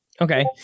Okay